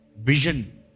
Vision